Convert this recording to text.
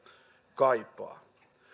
kaipaa